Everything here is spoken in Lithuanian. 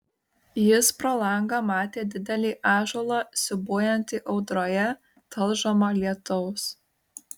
jis pro langą matė didelį ąžuolą siūbuojantį audroje talžomą lietaus